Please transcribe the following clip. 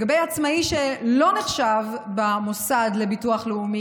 לגבי עצמאי שלא נחשב במוסד לביטוח לאומי